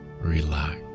Relax